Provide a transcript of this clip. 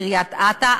קריית-אתא,